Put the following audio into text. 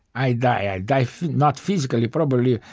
i die. i die, not physically probably,